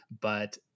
but-